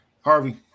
Harvey